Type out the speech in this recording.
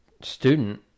student